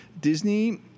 Disney